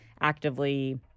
actively